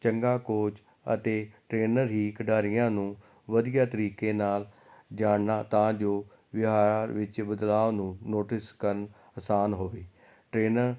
ਚੰਗਾ ਕੋਚ ਅਤੇ ਟ੍ਰੇਨਰ ਹੀ ਖਿਡਾਰੀਆਂ ਨੂੰ ਵਧੀਆ ਤਰੀਕੇ ਨਾਲ ਜਾਣਨਾ ਤਾਂ ਜੋ ਵਿਹਾਰ ਵਿੱਚ ਬਦਲਾਅ ਨੂੰ ਨੋਟਿਸ ਕਰਨਾ ਆਸਾਨ ਹੋਵੇ ਟ੍ਰੇਨਰ